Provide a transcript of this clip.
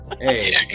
hey